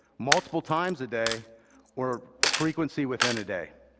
multiple times a day or frequency within a day